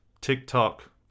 TikTok